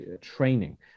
training